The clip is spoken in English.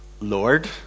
lord